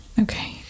Okay